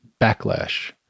backlash